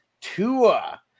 Tua